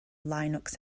linux